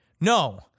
no